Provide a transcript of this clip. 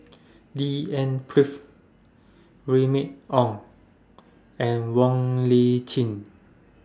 D N Remy Ong and Wong Lip Chin